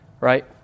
right